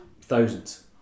thousands